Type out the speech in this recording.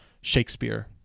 Shakespeare